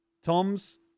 Tom's